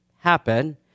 happen